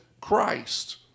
Christ